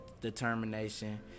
determination